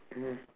mm